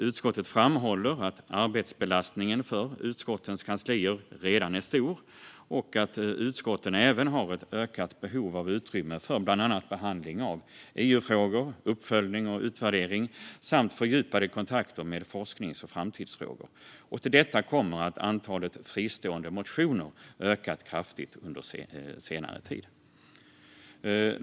Utskottet framhåller att arbetsbelastningen för utskottens kanslier redan är stor och att utskotten även har ett ökat behov av utrymme för bland annat behandling av EU-frågor, uppföljning och utvärdering samt fördjupade kontakter med forsknings och framtidsfrågor. Till detta kommer att antalet fristående motioner ökat kraftigt under senare tid.